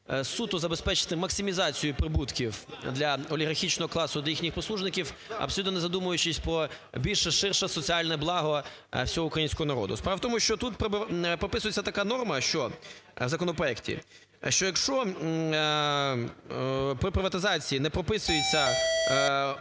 суто забезпечити максимізацію прибутків для олігархічного класу від їхніхпослужників, абсолютно не задумуючись про більш ширше соціальне благо всього українського народу. Справа в тому, що тут прописується така норма в законопроекті, що, якщо при приватизації не прописується,